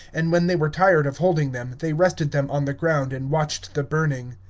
and when they were tired of holding them, they rested them on the ground and watched the burning.